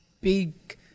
big